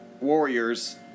warriors